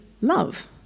Love